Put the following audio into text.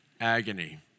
Agony